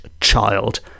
child